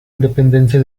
independencia